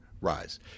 rise